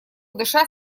дыша